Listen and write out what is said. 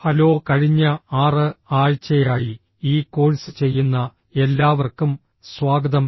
hello കഴിഞ്ഞ 6 ആഴ്ചയായി ഈ കോഴ്സ് ചെയ്യുന്ന എല്ലാവർക്കും സ്വാഗതം